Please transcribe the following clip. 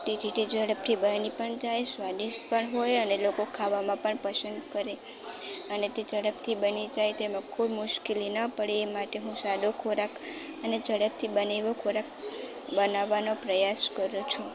તેથી તે ઝડપથી બની પણ જાય સ્વાદિષ્ટ પણ હોય અને લોકો ખાવામાં પણ પસંદ કરે અને તે ઝડપથી બની જાય તેમાં કોઈ મુશ્કેલી ન પડે એ માટે હું સાદો ખોરાક અને ઝડપથી બને એવો ખોરાક બનાવવાનો પ્રયાસ કરું છું